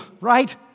right